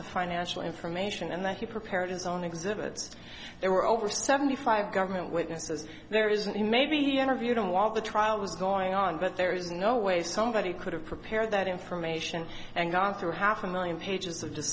the financial information and that he prepared his own exhibits there were over seventy five government witnesses there isn't he maybe he interviewed him while the trial was going on but there is no way somebody could have prepared that information and gone through half a million pages